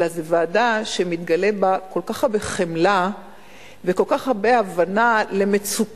אלא זו ועדה שמתגלה בה כל כך הרבה חמלה וכל כך הרבה הבנה למצוקות